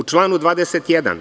U članu 21.